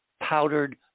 powdered